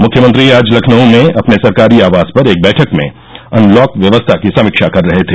मुख्यमंत्री आज लखनऊ में अपने सरकारी आवास पर एक बैठक में अनलॉक व्यवस्था की समीक्षा कर रहे र्थ